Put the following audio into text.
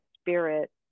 spirit